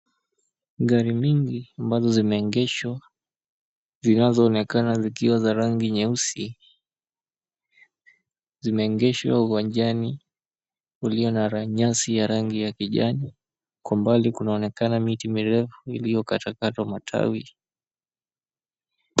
Gari mingi ambazo zimeengeshwa, zinazoonekana zikiwa za rangi nyeusi, zimeengeshwa uwanjani ulio na nyasi ya rangi ya kijani. Kwa mbali kunaonekana miti mirefu iliyokatwa katwa matawi.